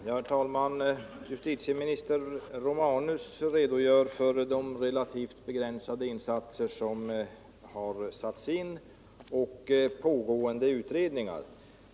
Herr talman! Justitieministern Romanus redogjorde för de relativt begränsade insatser som har satts in mot den ekonomiska brottsligheten samt pågående utredningar.